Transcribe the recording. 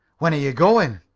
when are you goin'?